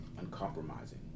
uncompromising